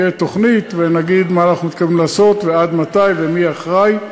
תהיה תוכנית ונגיד מה אנחנו מתכוונים לעשות ועד מתי ומי אחראי,